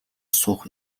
суух